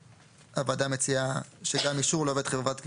הוועדה מציעה שגם אישור לעובד חברת גבייה,